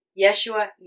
Yeshua